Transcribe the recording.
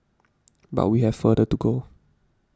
but we have further to go